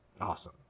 Awesome